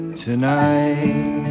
tonight